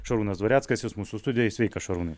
šarūnas dvareckas jis mūsų studijoj sveikas šarūnai